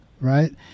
right